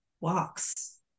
walks